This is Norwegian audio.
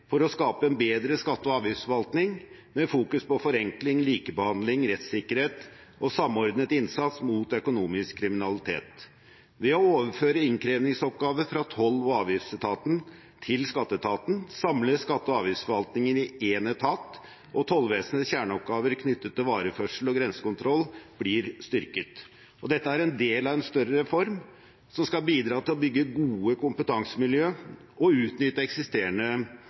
for å skape en bedre skatte- og avgiftsforvaltning med fokus på forenkling, likebehandling, rettssikkerhet og samordnet innsats mot økonomisk kriminalitet. Ved å overføre innkrevingsoppgaver fra toll- og avgiftsetaten til skatteetaten samles skatte- og avgiftsforvaltningen i én etat, og Tollvesenets kjerneoppgaver knyttet til vareførsel og grensekontroll blir styrket. Dette er en del av en større reform som skal bidra til å bygge gode kompetansemiljø og utnytte eksisterende